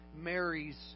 Mary's